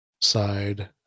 side